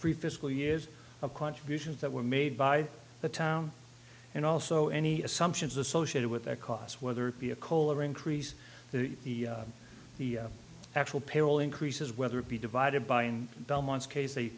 free fiscal years of contributions that were made by the town and also any assumptions associated with their costs whether it be a coal or increase the the actual payroll increases whether it be divided by in belmont's case they